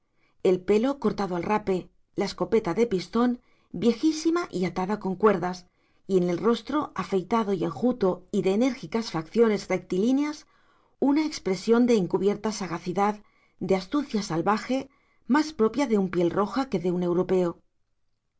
el pelo cortado al rape la escopeta de pistón viejísima y atada con cuerdas y en el rostro afeitado y enjuto y de enérgicas facciones rectilíneas una expresión de encubierta sagacidad de astucia salvaje más propia de un piel roja que de un europeo